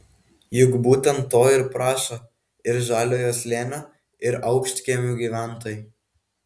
juk būtent to ir prašo ir žaliojo slėnio ir aukštkiemių gyventojai